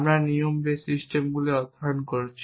আমরা নিয়ম বেস সিস্টেমগুলি অধ্যয়ন করেছি